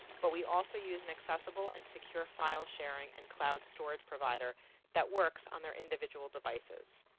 but we also use an accessible and secure filesharing and cloud storage provider that works on their individual devices.